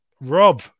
Rob